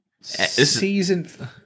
season